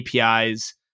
APIs